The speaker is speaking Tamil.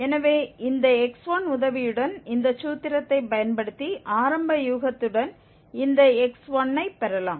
எனவே இந்த x1 உதவியுடன் இந்த சூத்திரத்தைப் பயன்படுத்தி ஆரம்ப யூகத்துடன் இந்த x1 ஐப் பெறலாம்